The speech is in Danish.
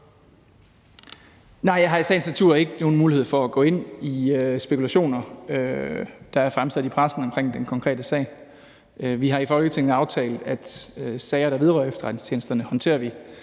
Nej, jeg har i sagens natur ikke nogen mulighed for at gå ind i spekulationer, der er fremsat i pressen omkring den konkrete sag. Vi har i Folketinget aftalt, at sager, der vedrører efterretningstjenesterne, håndterer vi